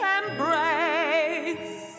embrace